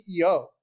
CEO